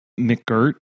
McGirt